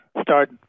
start